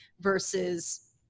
versus